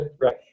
right